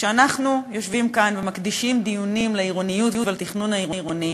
כשאנחנו יושבים כאן ומקדישים דיונים לעירוניות ולתכנון העירוני,